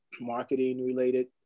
marketing-related